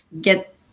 get